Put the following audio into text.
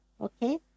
Okay